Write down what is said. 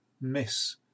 miss